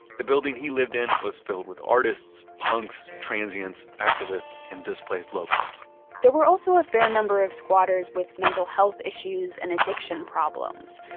the building he lived in was filled with artists, punks, transients, activists, and displaced locals there were also a fair number of squatters with mental health issues and addiction problems.